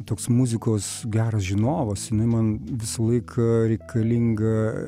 toks muzikos geras žinovas jinai man visą laiką reikalinga